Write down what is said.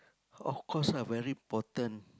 of course lah very important